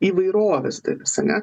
įvairovės dalis ane